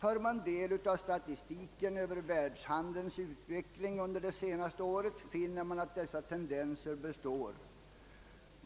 Tar man del av statistiken över världshandelns utveckling under det senaste året, finner man att dessa tendenser består.